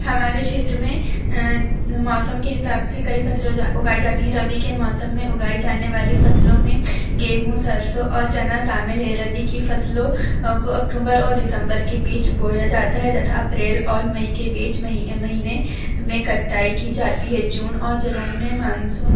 हमारे क्षेत्र में मौसम के हिसाब से कई फसलें उगाई जाती हैं रबी के मौसम में उगाई जाने वाली फसलों में गेहूँ सरसों और चना शामिल है रबी की फसलों अकटुम्बर और दिसंबर के बीच बोया जाता है तथा अप्रैल और मई के बीच महीने में कटाई की जाती है जून और जुलाई में मानसून